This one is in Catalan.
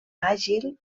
àgil